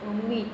Amit